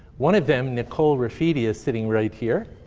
one of them, nicole rafidi, is sitting right here.